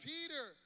Peter